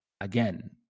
again